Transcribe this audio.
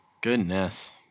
Goodness